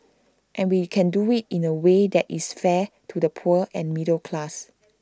and we can do IT in A way that is fair to the poor and middle class